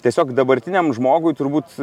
tiesiog dabartiniam žmogui turbūt